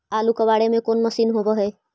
आलू कबाड़े के कोन मशिन होब है?